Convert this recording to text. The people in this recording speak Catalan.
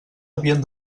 havien